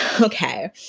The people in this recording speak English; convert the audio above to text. Okay